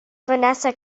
vanessa